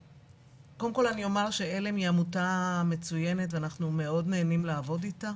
קודם כל אני אומר שעלם היא עמותה מצוינת ואנחנו מאוד נהנים לעבוד אתה.